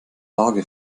lage